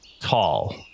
tall